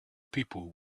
people